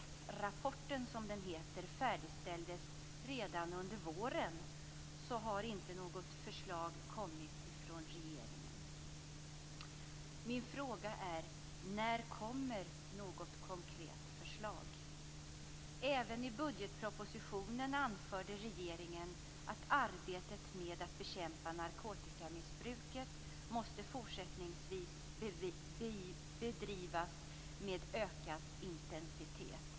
Trots att RSS-rapporten färdigställdes redan under våren har inte något förslag kommit från regeringen. När kommer något konkret förslag? Även i budgetpropositionen anförde regeringen att arbetet med att bekämpa narkotikamissbruket måste fortsättningsvis bedrivas med ökad intensitet.